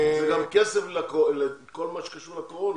זה גם כסף לכל מה שקשור לקורונה,